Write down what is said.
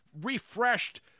refreshed